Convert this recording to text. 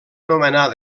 nomenar